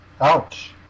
Ouch